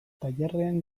tailerrean